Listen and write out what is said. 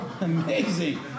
Amazing